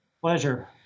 Pleasure